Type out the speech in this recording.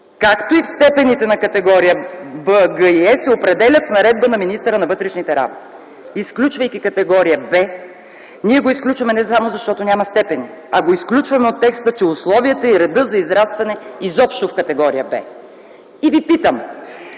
както и в степените на категории Б, Г и Е, се определят с наредба на министъра на вътрешните работи”. Изключвайки категория Б, ние я изключваме не само защото няма степени, а я изключваме от текста, че „условията и реда за израстване”, изобщо в категория Б. И Ви питам: